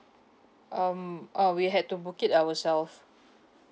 um uh we had to book it ourselves